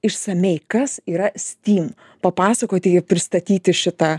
išsamiai kas yra stym papasakoti ir pristatyti šitą